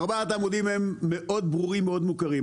ארבעת העמודים מאוד ברורים ומאוד מוכרים.